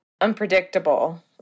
unpredictable